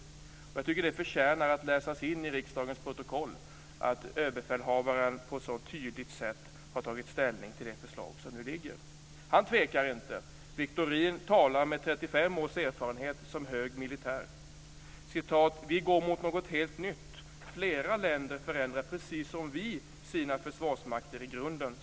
Jag tycker att det förtjänar att läsas in i riksdagens protokoll att överbefälhavaren på ett så tydligt sätt har tagit ställning till det förslag som nu föreligger. Han tvekar inte. Wiktorin talar med 35 års erfarenhet som hög militär. "Vi går mot något helt nytt. Flera länder förändrar precis som vi sina försvarsmakter i grunden."